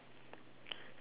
and then